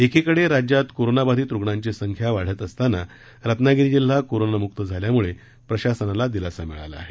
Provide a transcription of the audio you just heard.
एकीकडे राज्यात कोरोना बाधित रुग्णांची संख्या वाढत असताना रत्नागिरी जिल्हा कोरोनामुक्त झाल्यामुळे प्रशासनाला दिलासा मिळाला आहे